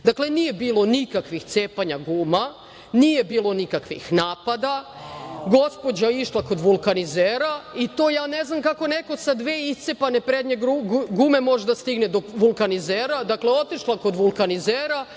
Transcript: Dakle nije bilo nikakvih cepanja guma, nije bilo nikakvih napada, gospođa je išla kod vulkanizera i to ja ne znam kako neko sa dve iscepane prednje gume može da stigne do vulkanizera. Dakle, otišla je kod vulkanizera…